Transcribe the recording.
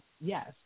yes